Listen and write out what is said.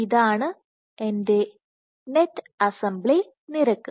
ഇതാണ് എന്റെ net assembly Net assemblyനിരക്ക്